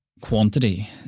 quantity